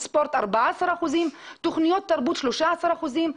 תרבות וספורט 14%; תוכניות תרבות 13%;